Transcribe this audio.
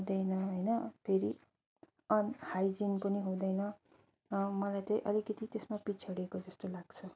हुँदैन होइन फेरि अन हाइजिन पनि हुँदैन मलाई चाहिँ अलिकिति त्यसमा पिछाडिएको जस्तो लाग्छ